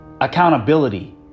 Accountability